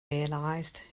realized